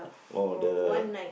oh the